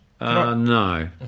No